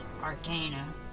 Arcana